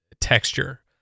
texture